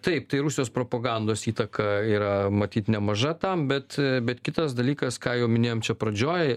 taip tai rusijos propagandos įtaka yra matyt nemaža tam bet bet kitas dalykas ką jau minėjom čia pradžioj